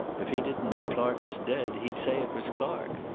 if he didn't know clark was dead, he'd say it was clark.